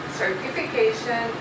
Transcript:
certification